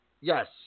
Yes